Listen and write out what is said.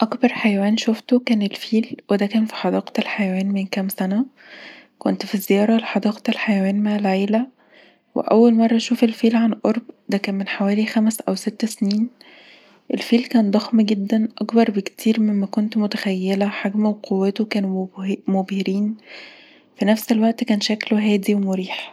أكبر حيوان شوفته كان الفيل، وده كان في حديقة حيوان من كام سنة، كنت في زيارة لحديقة الحيوان مع العيلة، وأول مرة أشوف الفيل عن قرب. ده كان من حوالي خمس أو ست سنين. الفيل كان ضخم جدًا، أكبر بكتير مما كنت متخيله. حجمه وقوته كانوا مبهرين في نفس الوقت كان شكله هادي ومريح